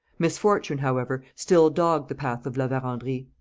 misfortune, however, still dogged the path of la verendrye.